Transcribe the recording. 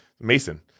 Mason